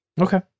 Okay